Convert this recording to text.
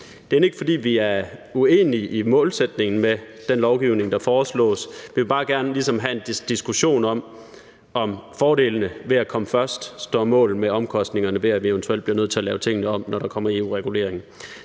Det er ikke, fordi vi er uenige i målsætningen med den lovgivning, der foreslås, men vi vil bare gerne ligesom have en diskussion om, om fordelene ved at komme først står mål med omkostningerne ved, at vi eventuelt bliver nødt til at lave tingene om, når der kommer EU-regulering.